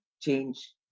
change